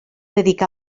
dedicà